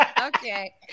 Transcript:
okay